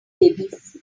babies